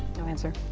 no answer.